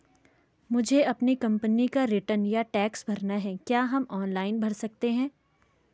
मुझे अपनी कंपनी का रिटर्न या टैक्स भरना है क्या हम ऑनलाइन भर सकते हैं?